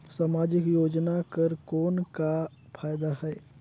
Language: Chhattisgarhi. समाजिक योजना कर कौन का फायदा है?